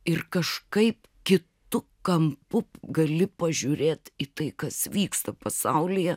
ir kažkaip kitu kampu gali pažiūrėt į tai kas vyksta pasaulyje